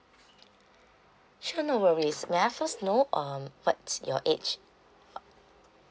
sure no worries may I first know um what's your age